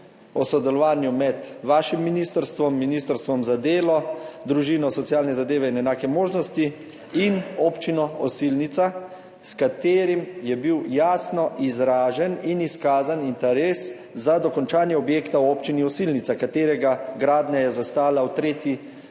o sodelovanju med vašim ministrstvom, Ministrstvom za delo, družino, socialne zadeve in enake možnosti ter Občino Osilnica, s čimer je bil jasno izražen in izkazan interes za dokončanje objekta v Občini Osilnica, katerega gradnja je zastala v tretji